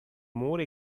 more